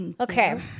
Okay